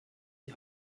die